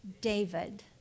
David